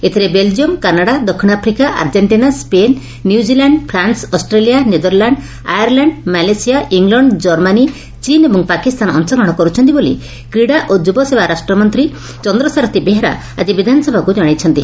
ଏଥିରେ Belgium Canada ଦକ୍ଷିଣ Africa Argentina ସେନ୍ New Zealand France Australia Netherland Ireland Malaysia England Germany ଚୀନ୍ ଏବଂ ପାକିସ୍ତାନ ଅଂଶଗ୍ରହଶ କରୁଛନ୍ତି ବୋଲି କ୍ରୀଡ଼ା ଓ ଯୁବ ସେନା ରାଷ୍ଟ୍ରମନ୍ତୀ ଚନ୍ଦ୍ର ସାରଥି ବେହେରା ଆଜି ବିଧାନସଭାକୁ ଜଣାଇଛନ୍ତି